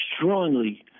strongly